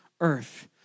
earth